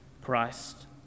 Christ